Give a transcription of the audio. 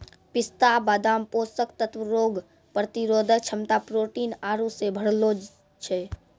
पिस्ता बादाम पोषक तत्व रोग प्रतिरोधक क्षमता प्रोटीन आरु से भरलो छै